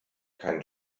keinen